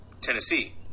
Tennessee